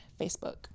Facebook